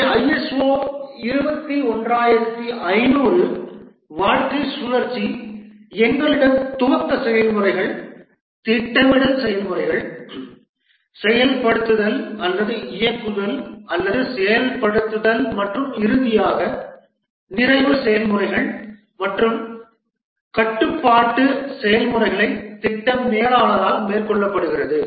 இங்கே ஐஎஸ்ஓ 21500 வாழ்க்கைச் சுழற்சி எங்களிடம் துவக்க செயல்முறைகள் திட்டமிடல் செயல்முறைகள் செயல்படுத்துதல் அல்லது இயக்குதல் அல்லது செயல்படுத்துதல் மற்றும் இறுதியாக நிறைவு செயல்முறைகள் மற்றும் கட்டுப்பாட்டு செயல்முறைகளை திட்ட மேலாளரால் மேற்கொள்ளப்படுகிறது